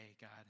God